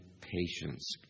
patience